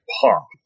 pop